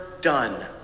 done